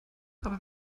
aber